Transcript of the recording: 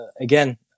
Again